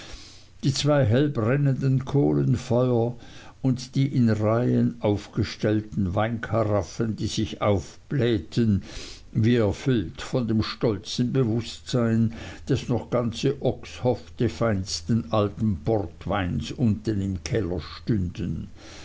die zwei hellbrennenden kohlenfeuer und die in reihen aufgestellten weinkaraffen die sich aufblähten wie erfüllt von dem stolzen bewußtsein daß noch ganze oxhofte feinsten alten portweins unten im keller stünden